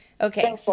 Okay